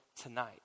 tonight